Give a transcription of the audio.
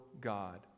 God